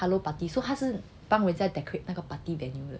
hello party so 他是是帮人家 decorate 那个 party venue